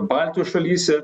baltijos šalyse